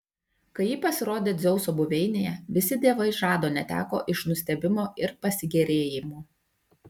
kai ji pasirodė dzeuso buveinėje visi dievai žado neteko iš nustebimo ir pasigėrėjimo